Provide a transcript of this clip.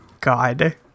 God